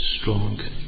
strong